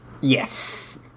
Yes